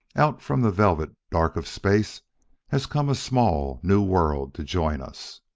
out from the velvet dark of space has come a small, new world to join us